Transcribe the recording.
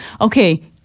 okay